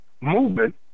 movement